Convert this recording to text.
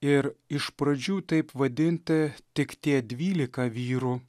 ir iš pradžių taip vadinti tik tie dvylika vyrų